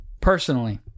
Personally